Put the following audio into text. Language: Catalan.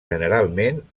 generalment